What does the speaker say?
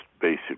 basic